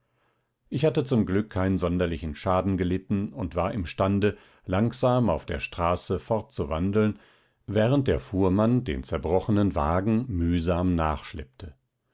ich hatte zum glück keinen sonderlichen schaden gelitten und war imstande langsam auf der straße fortzuwandeln während der fuhrmann den zerbrochenen wagen mühsam